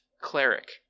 Cleric